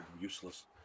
useless